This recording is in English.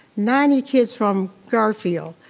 ninety kids from gar-field,